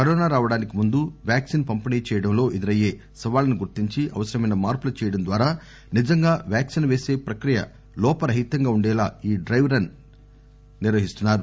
corona రావడానికి ముందు vaccine పంపిణీ చేయడంలో ఎదురయ్యే సవాళ్ళను గుర్తించి అవసరమైన మార్పులు చేయడం ద్వారా నిజంగా వ్యాక్సిన్ పేసీ ప్రక్రియ లోపరహితంగా ఉండేలా ఈ డ్డెరన్ నిర్వహిస్తున్నారు